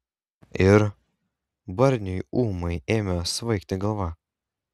ir barniui ūmai ėmė svaigti galva